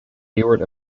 ewart